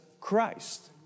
Christ